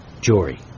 Jory